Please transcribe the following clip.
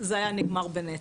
זה היה נגמר בנתק.